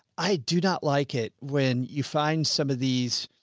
i do not like it. when you find some of these.